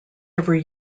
every